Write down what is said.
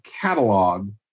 catalog